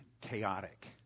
chaotic